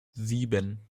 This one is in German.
sieben